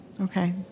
okay